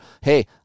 hey